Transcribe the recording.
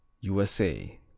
USA